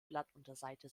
blattunterseite